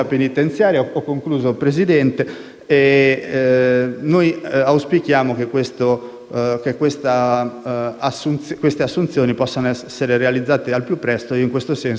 Noi auspichiamo che queste assunzioni possano essere realizzate al più presto e in questo senso mi sto già facendo parte attiva.